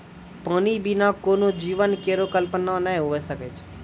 पानी बिना कोनो जीवन केरो कल्पना नै हुए सकै छै?